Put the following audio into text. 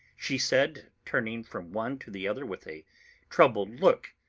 she said, turning from one to the other with a troubled look